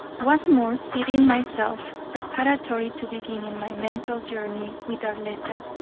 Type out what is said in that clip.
once more seating myself, preparatory to beginning my mental journey with arletta.